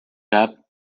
cup